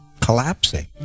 collapsing